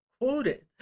quoted